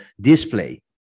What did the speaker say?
display